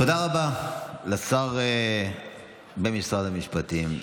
תודה רבה לשר במשרד המשפטים,